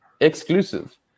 exclusive